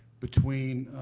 between,